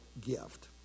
gift